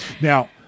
Now